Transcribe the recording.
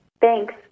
Thanks